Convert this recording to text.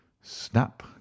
snap